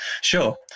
Sure